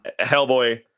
Hellboy